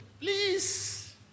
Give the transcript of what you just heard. Please